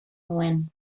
nuen